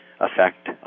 effect